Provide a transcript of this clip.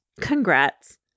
Congrats